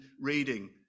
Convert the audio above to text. reading